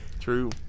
True